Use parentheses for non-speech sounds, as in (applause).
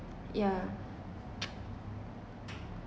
yeah (noise)